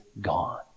gone